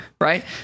Right